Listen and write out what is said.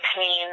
pain